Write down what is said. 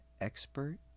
expert